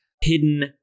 hidden